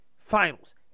Finals